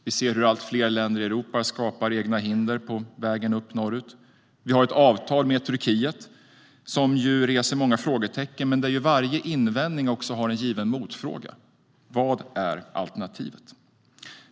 Vi ser hur allt fler länder i Europa skapar egna hinder på vägen norrut. Vi har ett avtal med Turkiet som ju väcker många frågor men där varje invändning också har en given motfråga: Vad är alternativet?